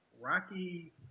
Rocky